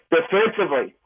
Defensively